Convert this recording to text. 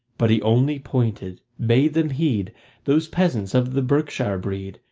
but he only pointed bade them heed those peasants of the berkshire breed,